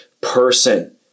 person